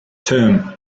term